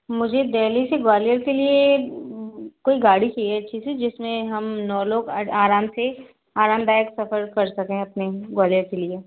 मुझे देल्ही से ग्वालियर के लिए कोई गाड़ी चाहिए थी जिसमें हम नौ लोग आराम से आरामदायक सफ़र कर सकें अपने ग्वालियर के लिए